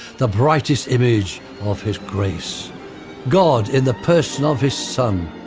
the brightest image of his grace god, in the person of his son,